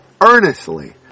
earnestly